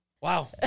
Wow